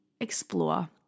explore